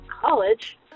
college